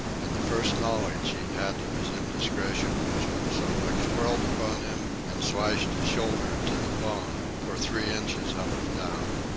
and the first knowledge he had of his indiscretion was when sol-leks whirled upon him and slashed his shoulder to the bone for three inches up and down.